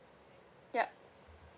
yup